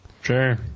Sure